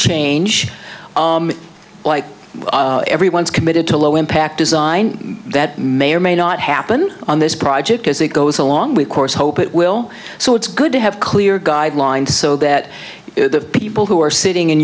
change like everyone is committed to low impact design that may or may not happen on this project as it goes along with course hope it will so it's good to have clear guidelines so that the people who are sitting in